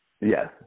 Yes